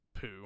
poo